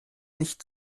nicht